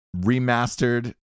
Remastered